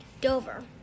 Dover